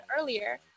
earlier